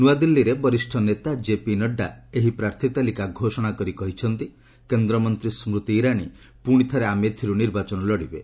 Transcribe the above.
ନୂଆଦିଲ୍ଲୀରେ ବରିଷ୍ଠ ନେତା ଜେପି ନଡ୍ଡା ଏହି ପ୍ରାର୍ଥୀ ତାଲିକା ଘୋଷଣା କରି କହିଥିଲେ କେନ୍ଦ୍ରମନ୍ତ୍ରୀ ସ୍କୃତି ଇରାନୀ ପୁଶି ଥରେ ଆମେଥିରୁ ନିର୍ବାଚନ ଲଢ଼ିବେ